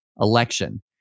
election